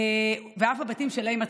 ואף בבתים שלהם עצמם.